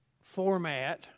format